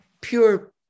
Pure